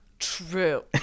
True